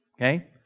okay